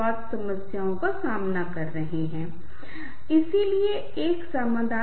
उदाहरण के लिए यहां मैं एडना सेंट विंसेंट मिले की एक कविता का उदाहरण लेता हूं